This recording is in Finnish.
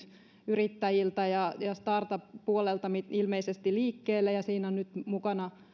yrittäjiltä ja startup puolelta ilmeisesti liikkeelle ja siinä on nyt mukana